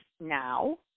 now